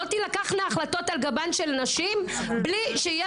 לא תילקחנה החלטות על גבן של נשים בלי שיהיה